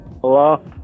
Hello